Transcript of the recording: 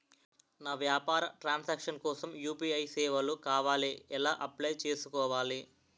నా వ్యాపార transaction కోసం యు.పి.ఐ సేవలు కావాలి ఎలా అప్లయ్ చేసుకోవాలి?